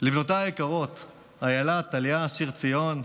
לבנותיי היקרות אילה, טליה, שיר ציון,